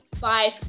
five